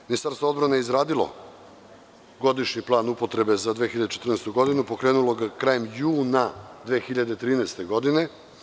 Ministarstvo odbrane je izradilo Godišnji plan upotrebe za 2014. godinu, pokrenulo ga krajem juna 2013. godine.